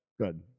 good